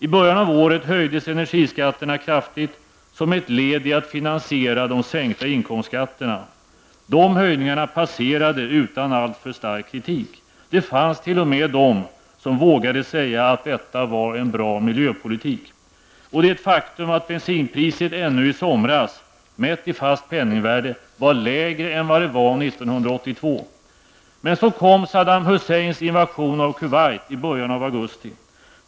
I början av året höjdes energiskatterna kraftigt som ett led i finansieringen av de sänkta inkomstskatterna. Dessa höjningar passerade utan alltför stark kritik. Det fanns t.o.m. de som vågade säga att detta var en bra miljöpolitik. Och det är ett faktum att bensinpriset ännu i somras, mätt i fast penningvärde, var lägre än vad det var 1982. Men så kom Saddam Husseins invasion av Kuwait i början av augusti.